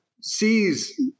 sees